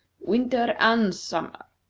winter and summer.